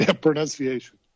Pronunciation